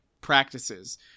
practices